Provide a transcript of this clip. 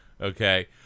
Okay